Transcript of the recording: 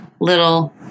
little